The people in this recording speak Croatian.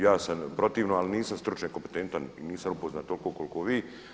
Ja sam protivno ali nisam stručnjak kompetentan i nisam upoznat toliko koliko vi.